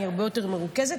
אני הרבה יותר מרוכזת.